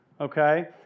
okay